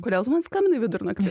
kodėl tu man skambinai vidurnaktį